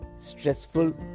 stressful